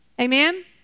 Amen